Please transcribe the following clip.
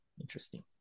interesting